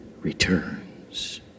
returns